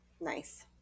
Nice